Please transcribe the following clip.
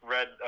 Red